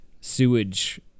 sewage